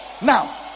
Now